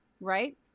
right